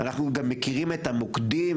ואנחנו מכירים את המוקדים,